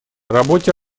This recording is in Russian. работе